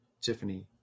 Tiffany